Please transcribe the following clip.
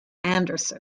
anderson